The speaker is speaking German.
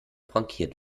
frankiert